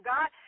God